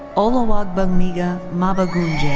oluwagbemiga mabogunje.